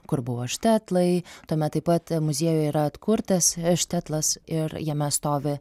kur buvo štetlai tuomet taip pat muziejuje yra atkurtas štetlas ir jame stovi